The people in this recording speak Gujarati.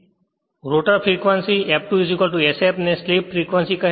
રોટર ફ્રેક્વંસી F2 sf ને સ્લિપ ફ્રીક્વન્સી slip frequency